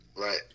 Right